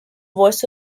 voice